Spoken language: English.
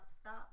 stop